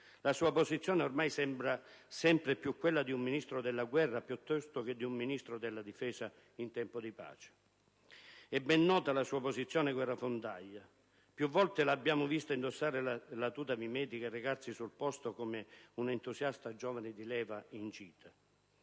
La sua posizione ormai sembra sempre più quella di un Ministro della guerra piuttosto che quella di un Ministro della difesa in tempo di pace. È ben nota la sua posizione guerrafondaia. Più volte l'abbiamo vista indossare la tuta mimetica e recarsi sul posto come un entusiasta giovane di leva in gita.